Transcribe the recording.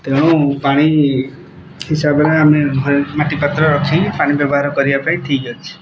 ତେଣୁ ପାଣି ହିସାବରେ ଆମେ ମାଟି ପାତ୍ର ରଖିକି ପାଣି ବ୍ୟବହାର କରିବା ପାଇଁ ଠିକ୍ ଅଛି